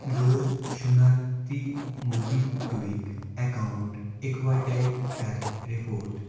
غٲر شناختی MobiKwik account اِکوَٹَے کَر رِپورٹ